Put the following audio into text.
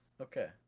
Okay